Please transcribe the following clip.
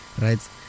right